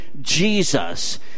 Jesus